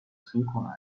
synchronize